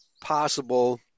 possible